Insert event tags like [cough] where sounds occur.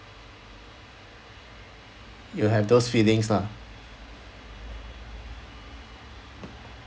you have those feelings lah [noise]